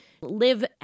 live